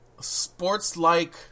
sports-like